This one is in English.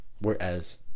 Whereas